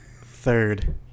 Third